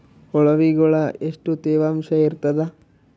ಕೊಳವಿಗೊಳ ಎಷ್ಟು ತೇವಾಂಶ ಇರ್ತಾದ?